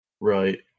Right